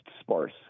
sparse